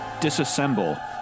disassemble